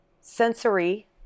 sensory